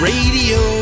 Radio